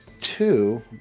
two